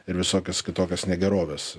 ir visokias kitokias negeroves